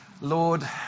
Lord